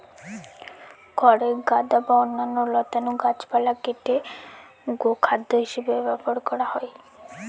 খড়ের গাদা বা অন্যান্য লতানো গাছপালা কেটে গোখাদ্য হিসাবে ব্যবহার করা হয়